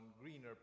greener